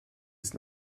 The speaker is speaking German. ist